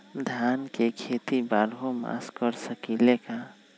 धान के खेती बारहों मास कर सकीले का?